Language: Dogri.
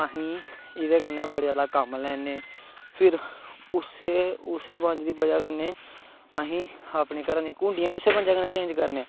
अस एह्दी बज़ाह् कन्नै बड़ा जादा कम्म लैन्ने फिर उस्सै बंज दी बज़ाह् कन्नै अस अपने घरा दियां घुंडियां बी उस्सै बंज्जै कन्नै चेंज़ करने